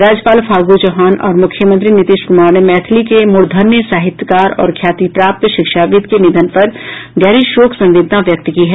राज्यपाल फागू चौहान और मुख्यमंत्री नीतीश कुमार ने मैथिली के मूर्धन्य साहित्यकार और ख्याति प्राप्त शिक्षाविद् के निधन पर गहरी शोक संवेदना व्यक्त की है